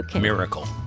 miracle